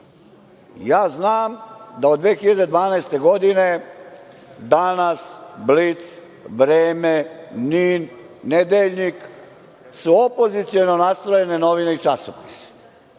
Ja znam da od 2012. godine „Danas“, „Blic“, „Vreme“, „NIN“, „Nedeljnik“ su opoziciono nastrojene novine i časopisi. Znam